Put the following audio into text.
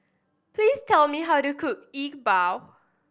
please tell me how to cook E Bua